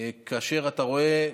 ואתה רואה,